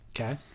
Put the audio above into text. Okay